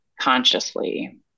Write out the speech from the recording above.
consciously